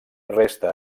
resta